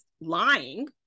lying